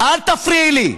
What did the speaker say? אל תפריעי לי.